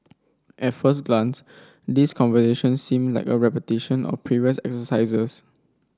at first glance these conversations seem like a repetition of previous exercises